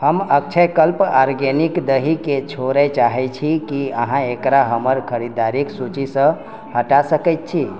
हम अक्षयकल्प आर्गेनिककेँ छोड़ए चाहैत छी की अहाँ एकरा हमर खरीदारिक सूचीसँ हटा सकैत छी